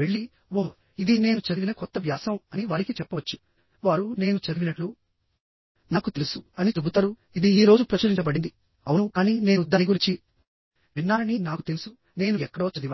వెళ్లి ఓహ్ ఇది నేను చదివిన కొత్త వ్యాసం అని వారికి చెప్పవచ్చు వారు నేను చదివినట్లు నాకు తెలుసు అని చెబుతారు ఇది ఈ రోజు ప్రచురించబడింది అవును కానీ నేను దాని గురించి విన్నానని నాకు తెలుసునేను ఎక్కడో చదివాను